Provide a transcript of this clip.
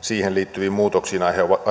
siihen liittyviin muutoksiin